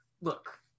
Look